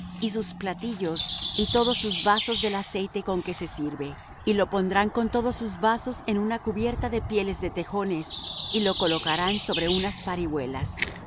y sus platillos y todos sus vasos del aceite con que se sirve y lo pondrán con todos sus vasos en una cubierta de pieles de tejones y lo colocarán sobre unas parihuelas